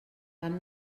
vam